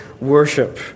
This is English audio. worship